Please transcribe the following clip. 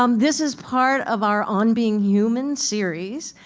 um this is part of our on being human series.